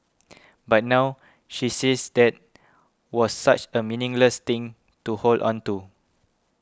but now she says that was such a meaningless thing to hold on to